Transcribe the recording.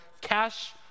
cash